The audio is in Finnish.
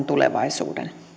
tulevaisuuden